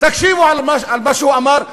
תקשיבו למה שהוא אמר,